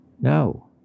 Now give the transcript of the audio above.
No